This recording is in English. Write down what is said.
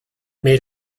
made